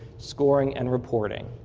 scoring and reporting.